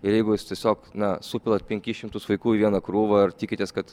ir jeigu jūs tiesiog na supilat penkis šimtus vaikų į vieną krūvą ir tikitės kad